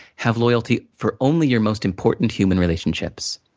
have loyalty for only your most important human relationships.